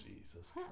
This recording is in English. Jesus